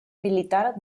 militar